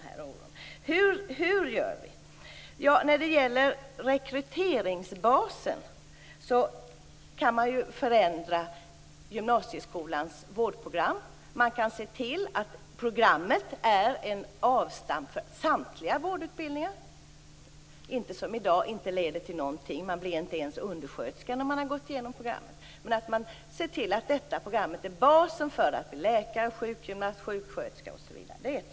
Hur gör vi detta? Vad gäller rekryteringsbasen kan gymnasieskolans vårdprogram förändras. Man kan se till att programmet blir en avstamp för samtliga vårdutbildningar i stället för att som i dag inte leda till någonting. Man blir inte ens undersköterska efter att ha gått igenom programmet. Man bör se till att detta program blir basen för dem som skall bli läkare, sjukgymnast, sjuksköterska osv.